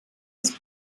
des